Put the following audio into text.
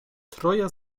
troje